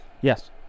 Yes